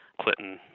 Clinton